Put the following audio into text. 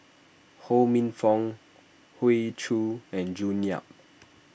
Ho Minfong Hoey Choo and June Yap